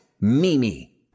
Mimi